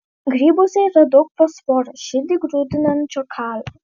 grybuose yra daug fosforo širdį grūdinančio kalio